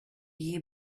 year